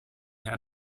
had